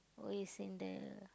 who is in the